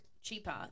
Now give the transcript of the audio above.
cheaper